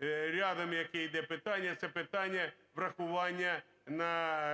рядом, яке йде питання, це питання врахування